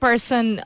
person